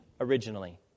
originally